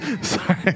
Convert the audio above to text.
Sorry